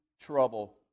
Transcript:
trouble